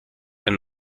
and